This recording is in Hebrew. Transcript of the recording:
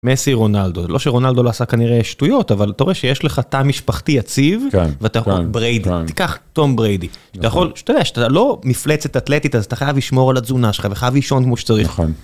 מסי רונלדו לא שרונלדו לא עשה כנראה שטויות אבל אתה רואה שיש לך תא משפחתי יציב ואתה יכול לקחת טום בריידי אתה יכול שאתה לא מפלצת אטלטית אז אתה חייב לשמור על התזונה שלך ואתה חייב לישון כמו שצריך.